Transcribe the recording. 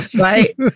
right